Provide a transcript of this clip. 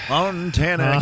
Montana